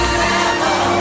level